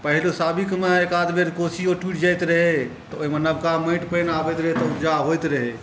पहिले साबिकमे एक बेर कोसियो टुटि जायत रहै तऽ ओइमे नबका माटि पानि आबैत रहय तए उपजा होइत रहय